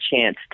chance